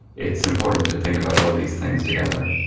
it's important to think about all these things together